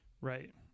Right